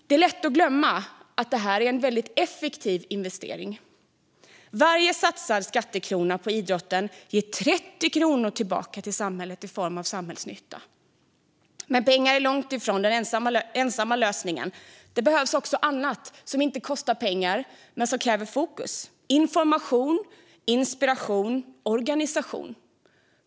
Det är lätt att glömma att det är en väldigt effektiv investering. Varje satsad skattekrona på idrotten ger 30 kronor tillbaka till samhället i form av samhällsnytta. Men pengar ensamt är långt ifrån lösningen. Det behövs också annat som inte kostar pengar men som kräver fokus: information, inspiration och organisation.